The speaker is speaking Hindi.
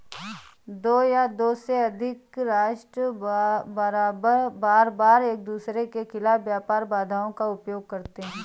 दो या दो से अधिक राष्ट्र बारबार एकदूसरे के खिलाफ व्यापार बाधाओं का उपयोग करते हैं